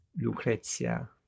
Lucrezia